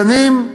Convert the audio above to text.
גנים,